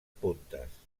puntes